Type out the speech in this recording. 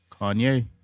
Kanye